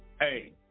Hey